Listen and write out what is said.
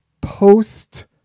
post